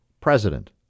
President